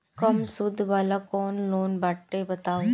कम सूद वाला कौन लोन बाटे बताव?